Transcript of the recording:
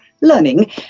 learning